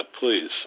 please